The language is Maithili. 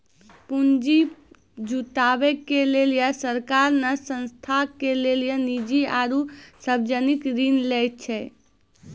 पुन्जी जुटावे के लेली सरकार ने संस्था के लेली निजी आरू सर्वजनिक ऋण लै छै